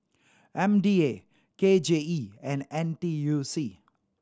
M D A K J E and N T U C